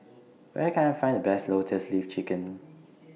Where Can I Find The Best Lotus Leaf Chicken